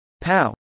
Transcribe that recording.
POW